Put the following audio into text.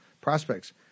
prospects